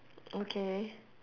okay